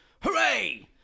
Hooray